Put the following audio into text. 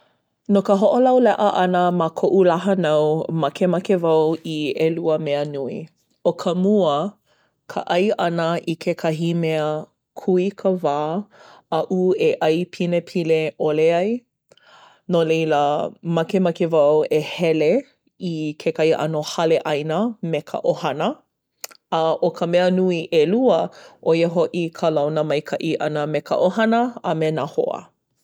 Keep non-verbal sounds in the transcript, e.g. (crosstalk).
No ka hoʻolauleʻa ʻana ma koʻu lā hānau, makemake wau i ʻelua mea nui. ʻO ka mua, ka ʻai ʻana i kekahi mea kūikawā aʻu e ʻai pinepine ʻole ai. No laila, makemake wau e hele i kekahi ʻano hale ʻaina me ka ʻohana. (clicks tongue) A, ʻo ka mea nui ʻelua, ʻo ia hoʻi ka launa maikaʻi ʻana me ka ʻohana a me nā hoa.